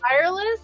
Wireless